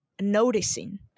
noticing